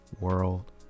world